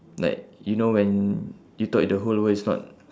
like you know when you thought the whole world is not